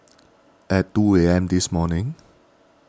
at two A M this morning